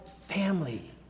family